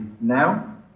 now